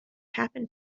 happened